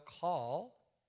call